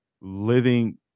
living